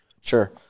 Sure